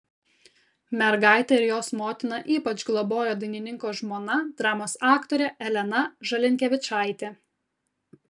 mergaitę ir jos motiną ypač globojo dainininko žmona dramos aktorė elena žalinkevičaitė